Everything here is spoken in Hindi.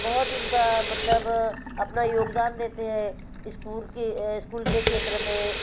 बहुत उनका मतलब अपना योगदान देते हैं इस्कूल के इस्कूल के क्षेत्र में